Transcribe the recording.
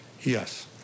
Yes